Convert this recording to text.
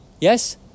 Yes